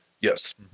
Yes